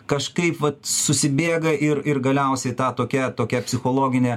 kažkaip vat susibėga ir ir galiausiai ta tokia tokia psichologinė